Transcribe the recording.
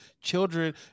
Children